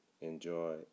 Enjoy